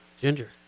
ginger